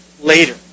later